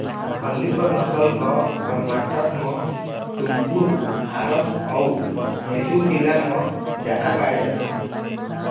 हल्लीकर नसल ह करनाटक म टुमकुर, हासर अउ मइसुर जिला म जादा पाए जाथे